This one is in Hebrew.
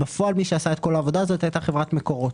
בפועל, מי שעשה את כל העבודה היה חברת מקורות.